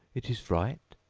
it is right